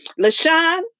LaShawn